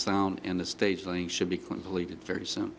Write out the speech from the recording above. sound and the stage lighting should be completed very soon